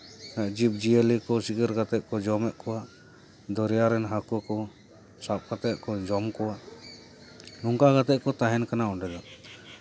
ᱡᱤᱵᱽᱼᱡᱤᱭᱟᱹᱞᱤ ᱠᱚ ᱥᱤᱠᱟᱹᱨ ᱠᱟᱛᱮ ᱠᱚ ᱡᱚᱢᱮᱜ ᱠᱚᱣᱟ ᱫᱚᱨᱭᱟ ᱨᱮᱱ ᱦᱟᱹᱠᱩ ᱠᱚ ᱥᱟᱵ ᱠᱟᱛᱮ ᱠᱚ ᱡᱚᱢ ᱠᱚᱣᱟ ᱚᱱᱠᱟ ᱠᱟᱛᱮ ᱠᱚ ᱛᱟᱦᱮᱱ ᱠᱟᱱᱟ ᱚᱸᱰᱮ ᱫᱚ